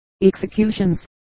executions